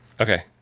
Okay